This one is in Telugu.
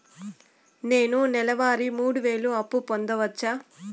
నేను నెల వారి మూడు వేలు అప్పు పొందవచ్చా?